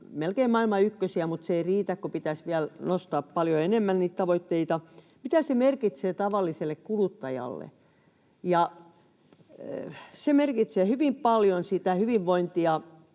melkein maailman ykkösiä, mutta se ei riitä, kun pitäisi vielä nostaa paljon enemmän niitä tavoitteita. Mitä se merkitsee tavalliselle kuluttajalle? Se merkitsee hyvin paljon sitä hyvinvointia